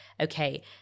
okay